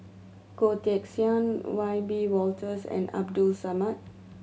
Goh Teck Sian Wiebe Wolters and Abdul Samad